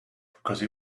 because